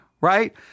Right